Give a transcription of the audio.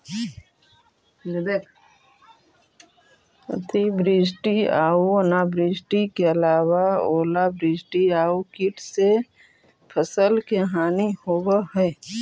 अतिवृष्टि आऊ अनावृष्टि के अलावा ओलावृष्टि आउ कीट से फसल के हानि होवऽ हइ